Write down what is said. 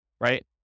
right